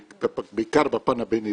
בעיקר בפן הבין עירוני,